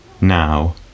Now